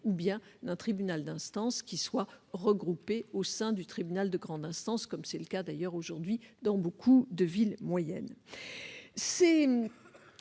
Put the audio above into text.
ou bien d'un tribunal d'instance regroupé au sein du tribunal de grande instance, comme cela se passe d'ailleurs aujourd'hui dans beaucoup de villes moyennes. Ces